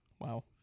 Wow